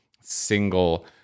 single